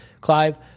Clive